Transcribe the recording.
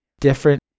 different